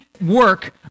work